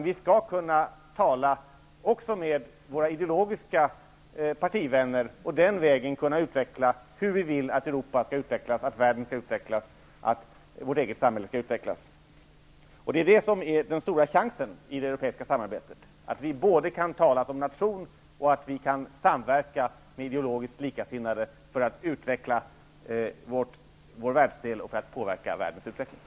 Vi skall kunna tala också med våra ideologiska partivänner för att den vägen kunna klargöra hur vi vill att vårt eget samhälle, Europa och världen skall utvecklas. Det är det som är den stora chansen i det europeiska samarbetet. Vi kan alltså både tala som nation och samverka med ideologiskt likasinnade för att utveckla vår världsdel och för att påverka världens utveckling.